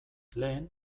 lehen